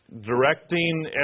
directing